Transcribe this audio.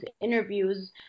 interviews